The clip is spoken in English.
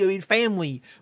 family